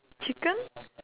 chicken